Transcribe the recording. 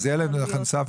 את אומרת שילד אחד נוסף,